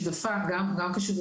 גם חברה בוועדת ההיגוי הארצית.